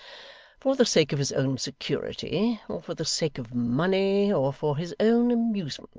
for the sake of his own security, or for the sake of money, or for his own amusement,